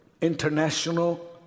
International